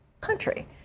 country